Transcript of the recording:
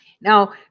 Now